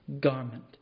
garment